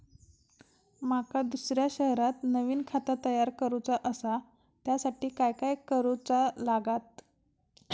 माका दुसऱ्या शहरात नवीन खाता तयार करूचा असा त्याच्यासाठी काय काय करू चा लागात?